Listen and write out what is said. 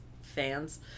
fans